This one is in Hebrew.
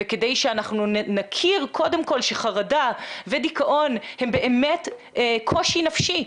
וכדי שאנחנו נכיר קודם כל שחרדה ודיכאון הם באמת קושי נפשי,